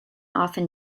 often